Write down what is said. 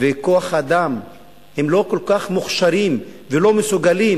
וכוח-האדם הם לא כל כך מוכשרים ולא מסוגלים